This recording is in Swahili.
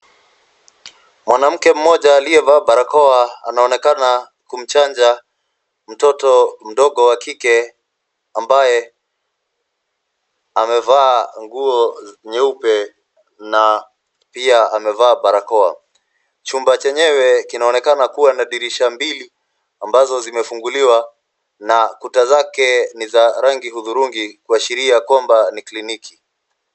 Mwanamke mmoja aliyevaa barakoa, anaonekana kumchanja mtoto mdogo wa kike ambaye amevaa nguo nyeupe na pia amevaa barakoa. Chumba chenyewe kinaonekana kuwa na dirisha mbili, amabazo zimefunguliwa na kuta zake ni za rangi hudhurungi kuashiria kwamba ni kliniki.